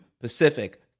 Pacific